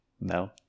No